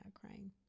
crying